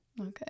Okay